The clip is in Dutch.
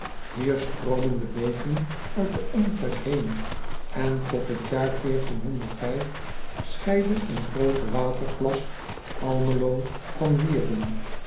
ier stroomen de beeken uit den omtrek heen en tot in het jaar scheidde een groote waterplas lmelo van ierden